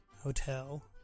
Hotel